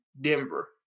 Denver